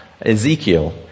Ezekiel